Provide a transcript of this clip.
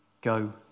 Go